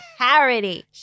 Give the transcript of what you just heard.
parody